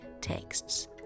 texts